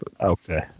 Okay